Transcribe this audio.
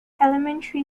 elementary